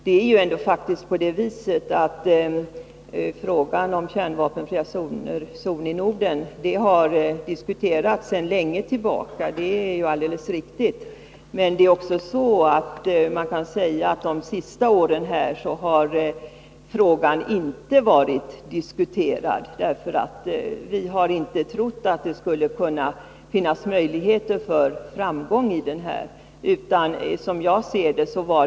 Det är alldeles riktigt att frågan om kärnvapenfri zon i Norden har diskuterats sedan lång tid tillbaka, men däremot inte diskuterats under de senaste åren. Vi har nämligen inte trott att det skulle finnas möjligheter till framgång.